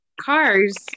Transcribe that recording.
Cars